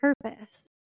purpose